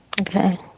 Okay